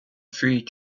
three